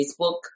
Facebook